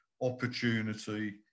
opportunity